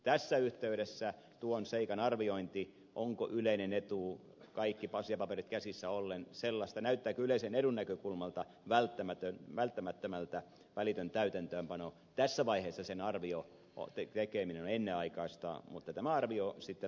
tässä yhteydessä tässä vaiheessa on ennenaikaista arvioida onko se yleisen edun mukaista kun kaikki asiapaperit ovat käsissä näyttääkö yleisen edun näkökulmalta välttämättömältä välitön täytäntöönpano tässä vaiheessa sen arvio on tekeekin ennenaikaista mutta tämä arvio sitten aikanaan tehdään